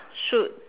shoot